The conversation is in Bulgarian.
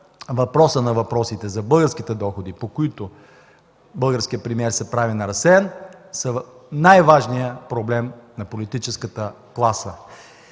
въпросът на въпросите за българските доходи, по който българският премиер се прави на разсеян, е най-важният проблем на политическата класа.